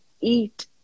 eat